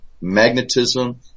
magnetism